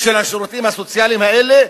של השירותים הסוציאליים אלה,